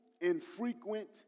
infrequent